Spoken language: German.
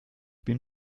bin